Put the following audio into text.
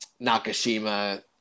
Nakashima